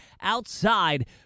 outside